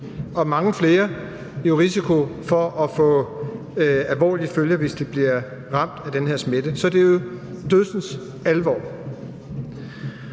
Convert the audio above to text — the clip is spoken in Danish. Og mange flere er i risiko for at få alvorlige følger, hvis de bliver ramt af den her smitte. Så det er jo dødsens alvorligt.